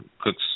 Cooks